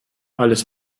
alles